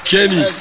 Kenny